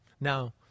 Now